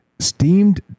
Steamed